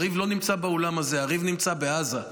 הריב לא נמצא באולם הזה, הריב נמצא בעזה.